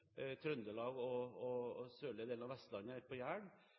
og sørlige deler av Vestlandet – ett på